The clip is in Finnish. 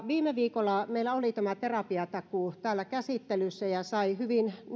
viime viikolla meillä oli tämä terapiatakuu täällä käsittelyssä ja nämä tavoitteet saivat hyvin